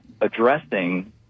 addressing